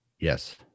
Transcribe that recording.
Yes